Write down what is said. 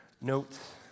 notes